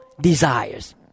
desires